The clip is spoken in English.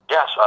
Yes